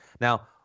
Now